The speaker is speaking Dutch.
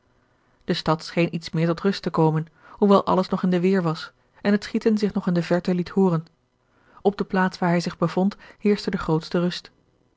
de stad scheen iets meer tot rust te komen hoewel alles nog in de weer was en het schieten zich nog in de verte liet hooren op de plaats waar hij zich bevond heerschte de grootste rust